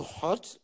hot